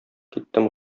киттем